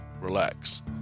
relax